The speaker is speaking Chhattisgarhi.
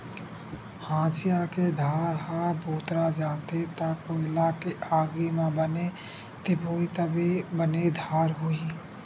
हँसिया के धार ह भोथरा जाथे त कोइला के आगी म बने तिपोही तभे बने धार होही